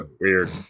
Weird